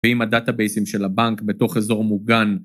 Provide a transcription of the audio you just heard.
ועם הדאטה בייסים של הבנק בתוך אזור מוגן.